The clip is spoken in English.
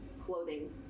clothing